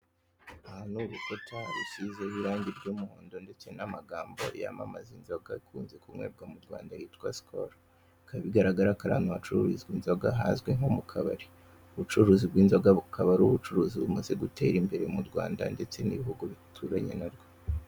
Aha ni urukuta rusizeho irangi ry'umuhondo ndetse n'amagambo yamamaza inzoga ikunze kunywebwa mu Rwanda yitwa sikolu. Bikaba bigaragara ko ari ahantu hacururizwa inzoga hazwi nko mu kabari. Ubucuruzi bw'inzoga bukaba ari ubucuruzi bumaze gutera imbere mu Rwanda ndetse n'ibihugu bituranye na byo.